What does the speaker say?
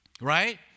right